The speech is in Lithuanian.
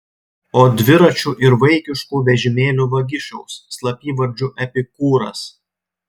o dviračių ir vaikiškų vežimėlių vagišiaus slapyvardžiu epikūras